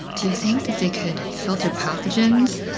do you think that they could filter pathogens?